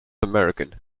american